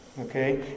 Okay